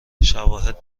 شواهد